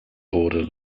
border